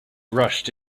rushed